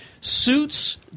Suits